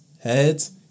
Heads